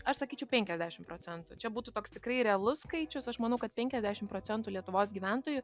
aš sakyčiau penkiasdešim procentų čia būtų toks tikrai realus skaičius aš manau kad penkiasdešim procentų lietuvos gyventojų